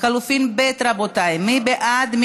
לחלופין ב', רבותיי, מי בעד?